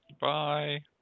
Bye